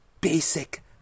basic